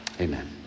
Amen